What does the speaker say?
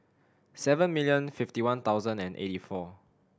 seven million fifty one thousand and eighty four